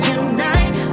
unite